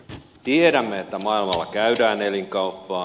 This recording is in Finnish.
tiedämme että maailmalla käydään elinkauppaa